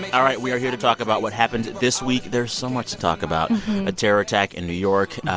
and all right, we are here to talk about what happened this week. there's so much to talk about a terror attack in new york.